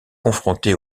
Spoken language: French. confronté